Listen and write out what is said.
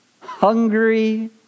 hungry